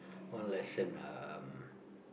one lesson um